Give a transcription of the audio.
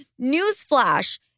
Newsflash